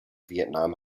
vietnam